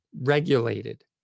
regulated